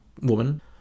woman